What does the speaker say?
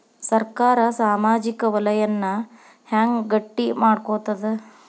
ಸರ್ಕಾರಾ ಸಾಮಾಜಿಕ ವಲಯನ್ನ ಹೆಂಗ್ ಗಟ್ಟಿ ಮಾಡ್ಕೋತದ?